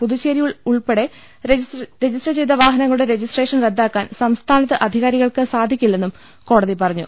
പുതുച്ചേരിയിൽ ഉൾപ്പെടെ രജിസ്റ്റർ ചെയ്ത വാഹനങ്ങളുടെ രജി സ്ട്രേഷൻ റദ്ദാക്കാൻ സംസ്ഥാനത്ത് അധികാരികൾക്ക് സാധി ക്കില്ലെന്നും കോടതി പറഞ്ഞു